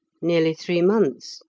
nearly three months.